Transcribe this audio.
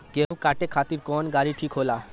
गेहूं काटे खातिर कौन गाड़ी ठीक होला?